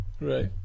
right